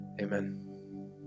Amen